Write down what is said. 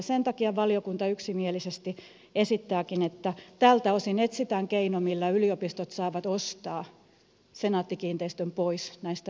sen takia valiokunta yksimielisesti esittääkin että tältä osin etsitään keino millä yliopistot saavat ostaa senaatti kiinteistöt pois näistä yliopistokiinteistöistä